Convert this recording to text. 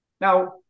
Now